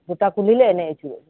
ᱜᱚᱴᱟ ᱠᱩᱞᱦᱤᱞᱮ ᱮᱱᱮᱡ ᱟᱹᱪᱩᱨᱚᱜ ᱜᱮᱭᱟ